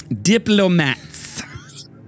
Diplomats